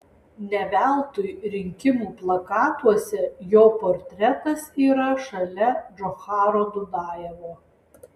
ne veltui rinkimų plakatuose jo portretas yra šalia džocharo dudajevo